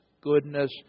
goodness